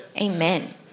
Amen